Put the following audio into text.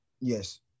Yes